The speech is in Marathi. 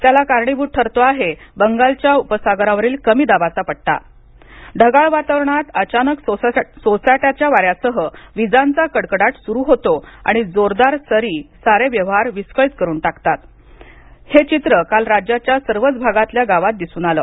त्याला कारणीभूत ठरतो आहे बंगालच्या उपसागरावरील कमी दाबाचा पट्टा ढगाळ वातावरणात अचानक सोसाट्याच्या वाऱ्यांसह विजांचा कडकडाट सुरू होतो आणि जोरदार सरी सारे व्यवहार विस्कळित करून टाकतात असं चित्र काल राज्याच्या सर्वच भागांतल्या गावांत दिसून आलं